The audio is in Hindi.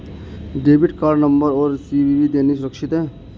डेबिट कार्ड नंबर और सी.वी.वी देना सुरक्षित है?